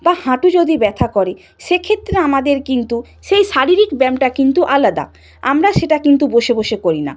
বা হাঁটু যদি ব্যথা করে সেক্ষেত্রে আমাদের কিন্তু সেই শারীরিক ব্যায়ামটা কিন্তু আলাদা আমরা সেটা কিন্তু বসে বসে করি না